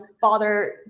bother